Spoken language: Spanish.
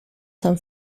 san